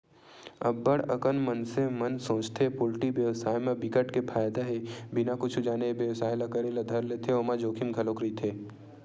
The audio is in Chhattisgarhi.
अब्ब्ड़ अकन मनसे मन सोचथे पोल्टी बेवसाय म बिकट के फायदा हे बिना कुछु जाने ए बेवसाय ल करे ल धर लेथे ओमा जोखिम घलोक रहिथे